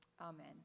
Amen